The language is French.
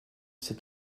cet